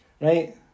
right